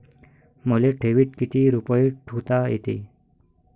मले ठेवीत किती रुपये ठुता येते?